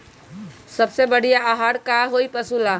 सबसे बढ़िया आहार का होई पशु ला?